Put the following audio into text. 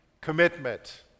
commitment